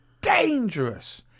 dangerous